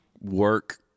work